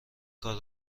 کار